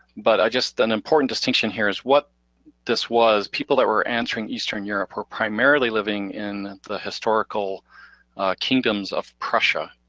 but i guess an important distinction here is what this was, people that were answering eastern europe were primarily living in the historical kingdoms of prussia,